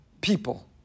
people